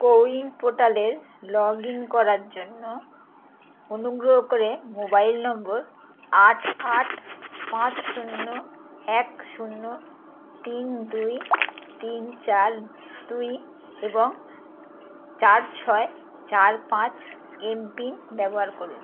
CoWIN পোর্টালে log in করার জন্য অনুগ্রহ করে মোবাইল নম্বর আট আট পাঁচ শূন্য এক শূন্য তিন দুই তিন চার দুই এবং চার ছয় চার পাঁচ এমপিন ব্যবহার করুন